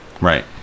right